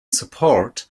support